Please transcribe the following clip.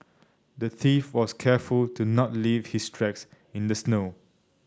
the thief was careful to not leave his tracks in the snow